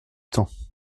temps